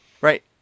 Right